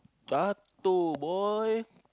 jatuh boy